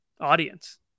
audience